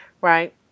right